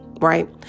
right